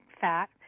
fat